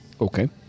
Okay